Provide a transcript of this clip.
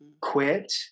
quit